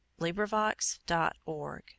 LibriVox.org